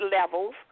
levels